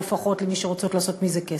ופחות למי שרוצות לעשות מזה כסף.